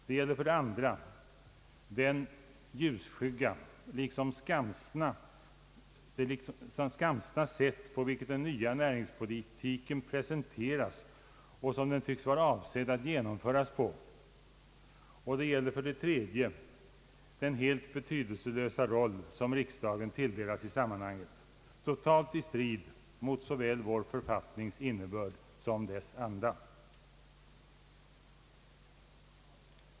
Det gäller för det andra det ljusskygga, liksom skamsna sätt på vilket den nya näringspolitiken presenteras och som den tycks vara avsedd att genomföras på. Det gäller för det tredje den helt betydelselösa roll som riksdagen tilldelas i sammanhanget — totalt i strid mot såväl vår författnings innebörd som dess anda.